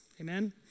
Amen